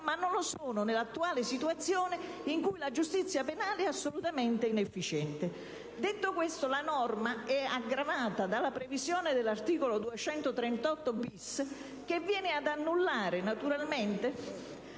ma non lo sono nell'attuale situazione, in cui la giustizia penale è assolutamente inefficiente. Detto questo, la norma è aggravata dalla modifica dell'articolo 238-*bis* del codice di proceduta